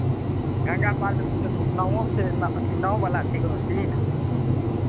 गंगा पारमे किछो नावो छै अथी नाववला छै कोनो सीन